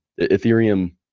Ethereum